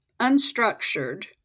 unstructured